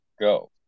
go